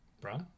Bro